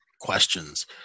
questions